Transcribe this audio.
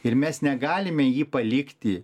ir mes negalime jį palikti